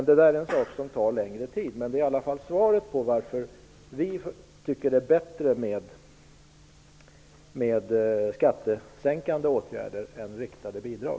Att skapa enighet tar längre tid, men jag har i alla fall svarat på frågan varför vi tycker att det är bättre med skattesänkande åtgärder än riktade bidrag.